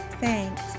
Thanks